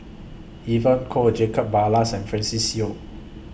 Evon Kow Jacob Ballas and Francis Seow